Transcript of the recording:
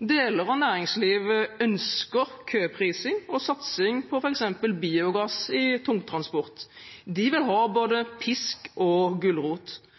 Deler av næringslivet ønsker køprising og satsing på f.eks. biogass i tungtransport. De vil ha både pisk og gulrot.